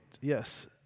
yes